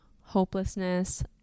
hopelessness